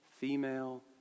female